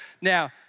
Now